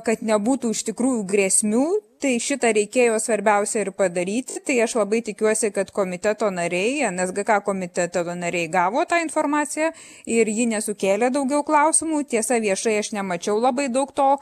kad nebūtų iš tikrųjų grėsmių tai šitą reikėjo svarbiausia ir padaryti tai aš labai tikiuosi kad komiteto nariai nsgk komiteto nariai gavo tą informaciją ir ji nesukėlė daugiau klausimų tiesa viešai aš nemačiau labai daug to